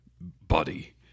body